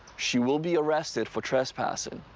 she will be arrested for trespassing.